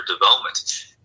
development